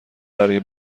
برای